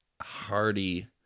hearty